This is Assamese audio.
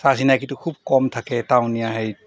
চা চিনাকিটো খুব কম থাকে টাউনীয়া হেৰিত